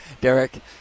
Derek